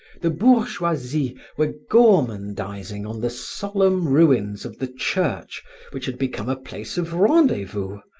the bourgeoisie were gormandizing on the solemn ruins of the church which had become a place of rendez-vous,